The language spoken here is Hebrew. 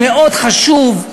מאוד חשוב,